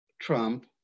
Trump